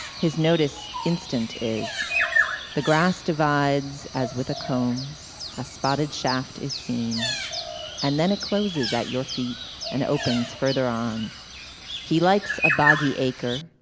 his notice instant is the grass divides as with a comb a spotted shaft is seen and then it closes at your feet and opens further on he likes a boggy acre.